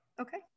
Okay